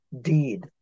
deed